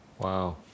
Wow